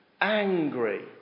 angry